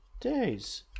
days